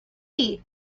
way